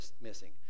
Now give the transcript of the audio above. missing